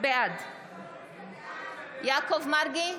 בעד יעקב מרגי,